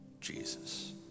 Jesus